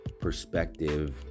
perspective